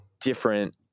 different